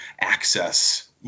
access